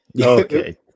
okay